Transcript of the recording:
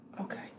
Okay